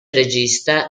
regista